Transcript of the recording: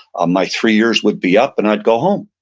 ah my three years would be up and i'd go home.